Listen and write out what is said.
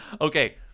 Okay